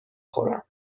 خورم